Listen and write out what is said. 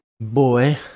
boy